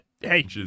Hey